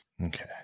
Okay